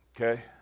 Okay